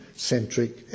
centric